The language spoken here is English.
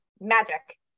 magic